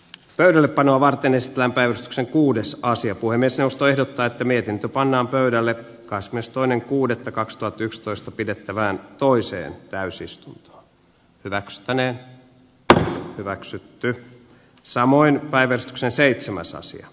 pöydällepanoa varten esitetään päällystksen uudessa asia kuin miesjaosto ehdottaa että mietintö pannaan pöydälle kas myös toinen kuudetta kakstuhatyksitoista pidettävään toiseen täysistunto hyväksyttäneen että hyväksyttyyn samoin päivän sen seitsemäs asia